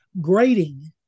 grading